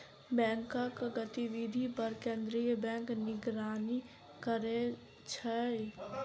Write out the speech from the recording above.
बैंकक गतिविधि पर केंद्रीय बैंक निगरानी करै छै